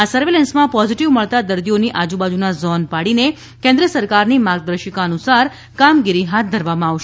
આ સર્વેલન્સમાં પોઝીટીવ મળતા દર્દીઓની આજબાજુના ઝોન પાડીને કેન્દ્ર સરકારની માર્ગદર્શિકા અનુસાર કામગીરી હાથ ધરવામાં આવશે